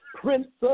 prince